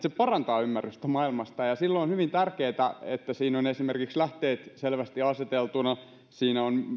se parantaa ymmärrystä maailmasta silloin on hyvin tärkeää että siinä on esimerkiksi lähteet selvästi aseteltuina siinä on